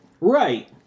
Right